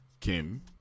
Kim